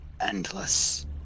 ...endless